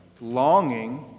longing